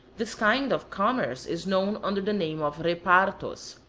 this kind of commerce is known under the name of repartos.